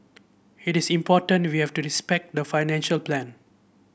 it is important we have to respect the financial plan